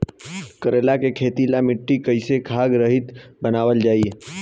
करेला के खेती ला मिट्टी कइसे खाद्य रहित बनावल जाई?